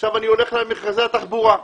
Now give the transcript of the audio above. עכשיו אני הולך למכרזי התחבורה.